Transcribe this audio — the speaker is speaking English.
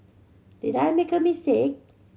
did I make a mistake